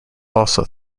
also